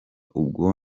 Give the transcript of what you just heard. ubwo